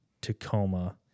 Tacoma